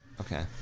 Okay